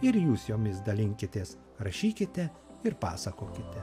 ir jūs jomis dalinkitės rašykite ir pasakokite